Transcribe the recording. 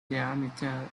diameter